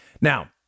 Now